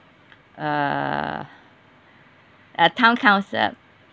uh uh town council